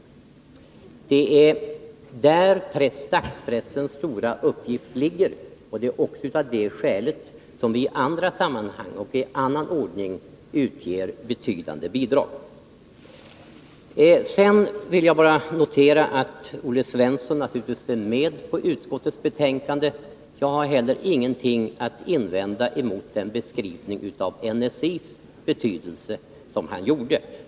Det är där dagspressens stora uppgift ligger. Det är också av det skälet som vi i andra sammanhang och i annan ordning utger betydande bidrag. Sedan vill jag bara notera att Olle Svensson naturligtvis står bakom utskottsbetänkandet. Jag har ingenting att invända mot den beskrivning av NSI:s betydelse som han gjorde här.